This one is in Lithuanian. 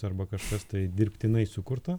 arba kažkas tai dirbtinai sukurta